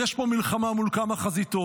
ויש פה מלחמה מול כמה חזיתות.